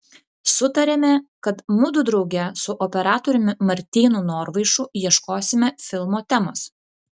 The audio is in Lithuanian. sutarėme kad mudu drauge su operatoriumi martynu norvaišu ieškosime filmo temos